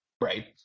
Right